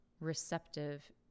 receptive